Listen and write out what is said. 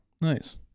Nice